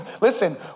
listen